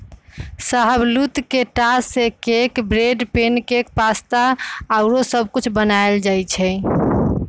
शाहबलूत के टा से cake, bread, pancake, pasta आउरो सब कुछ बनायल जाइ छइ